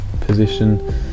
position